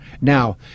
Now